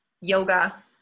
Yoga